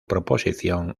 proposición